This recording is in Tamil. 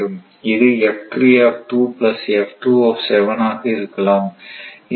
அது ஆக இருக்கலாம்